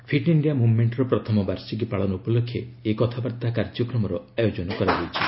fit India ମୁମେଣ୍ଟର ପ୍ରଥମ ବାର୍ଷିକୀ ପାଳନ ଉପଲକ୍ଷେ ଏହି କଥାବାର୍ଭା କାର୍ଯ୍ୟକ୍ରମର ଆୟୋଜନ କରାଯାଇଛି